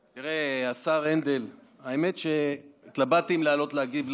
תראה, השר הנדל, האמת שהתלבטתי אם לעלות להגיד לך,